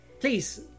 Please